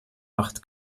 acht